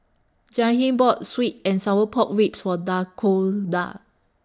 Jahiem bought Sweet and Sour Pork Ribs For Dakoda